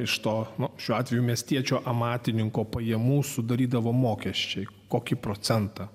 iš to nuo šiuo atveju miestiečio amatininko pajamų sudarydavo mokesčiai kokį procentą